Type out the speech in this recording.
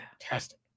fantastic